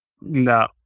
No